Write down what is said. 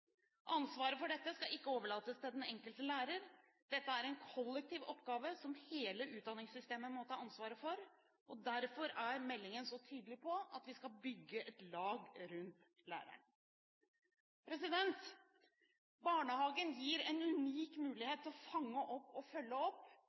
Ansvaret for dette skal ikke overlates til den enkelte lærer. Dette er en kollektiv oppgave som hele utdanningssystemet må ta ansvaret for. Derfor er meldingen så tydelig på at vi skal bygge et lag rundt læreren. Barnehagen gir en unik